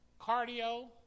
cardio